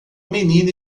menina